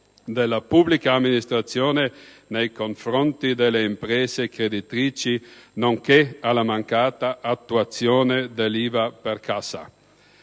della pubblica amministrazione nei confronti delle imprese creditrici, nonché alla mancata attuazione dell'IVA per cassa.